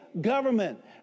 government